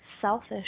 selfish